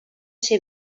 ser